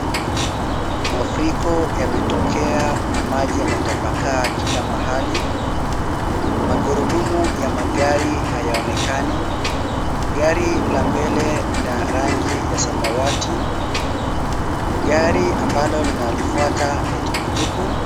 Mafuriko yametokea na maji yametapakaa kila mahali. Magurudumu ya magari hayaonekani. Gari la mbele ni la rangi ya samawati. Gari ambalo linalifuata ni tuktuk .